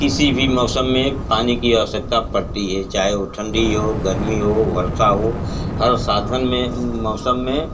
किसी भी मौसम में पानी की आवश्यकता पड़ती है चाहे वो ठंडी हो गर्मी हो वर्षा हो हर साधन में मौसम में